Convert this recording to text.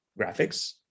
graphics